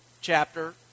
chapter